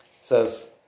says